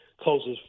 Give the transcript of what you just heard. closest